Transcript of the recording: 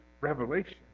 Revelation